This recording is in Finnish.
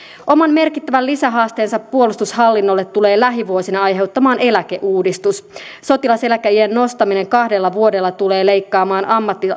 oman merkittävän lisähaasteensa puolustushallinnolle tulee lähivuosina aiheuttamaan eläkeuudistus sotilaseläkeiän nostaminen kahdella vuodella tulee leikkaamaan